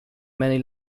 many